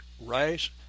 Rice